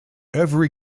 every